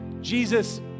Jesus